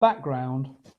background